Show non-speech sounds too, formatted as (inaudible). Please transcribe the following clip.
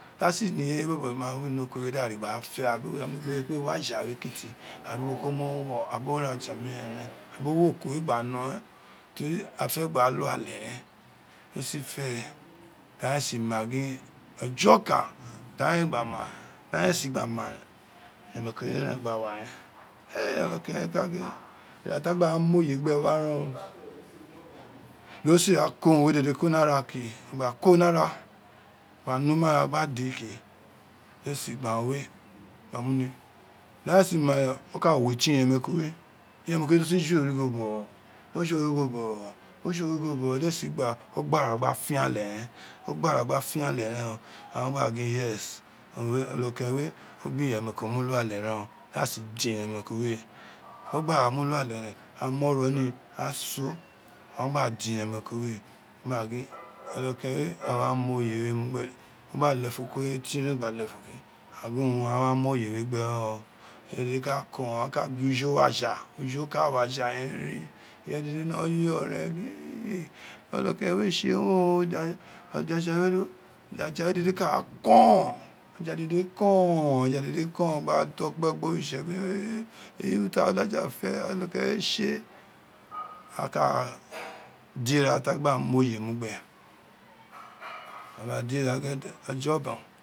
Dasi ne ireye bọbọ gba wo ino oko we da re da ra fe a gin o kpe ino waja we kiti agin boko mo wino tabi o re aja miren ren ta bi o wọ oko we gba nọ ren, teri afe gba lu ale ren dọ si fe do si ma gin ojokan ta ghan éé si gba ma ren onokeren we ren gba wa re e ọnọkeneu we gba gin, ira ta gba ra mu oye gbe no wa ren o o sit ra ko unin we dede ko ni ara ke, o gba ko ni ara o numuare gba de ke, de si ma o ka wo etin iyeuen ko we, di iyemeriko si ju origho bọ gho dwsi gba o gba ra gba fianle ren, o gha ra gba fianle, ren o, a ghan gba gin yes onokeren we ọ gba iyemeriko mu lu ale ren o di a si din iyeneisko we biri o gba ra mu luale re a mu ogho ni a so agba din iyemenko we gba gon (noise) onokeren we awa mu oye we mu gbe o gba lefun kuri etin we gba lefun ke, a gin oroun a wá mu oye we gbe rén o ireye dede ka sọn, aka gbe ujo wa ja ujo ka wa ja erin ireye dede nọ yọ ren e olokeren we tse wun o, ode aja we ode aja we dede ka kon aja dede kọn aja dede kon gba dokpe gbori tse eyi urun ti alaja fe olokeren we tse wun o, ode aja we ode aja we dede ka kon aja dede kọn aja dede kọn gba dokpe gbori tse e eyi urun ti alaja fe olokeren we tse a ka ra da ira ta gba fe mu ofe we mu gbe a gba dira ójó bọn.